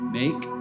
make